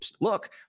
look